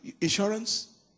insurance